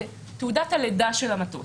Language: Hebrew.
זה תעודת הלידה של המטוס.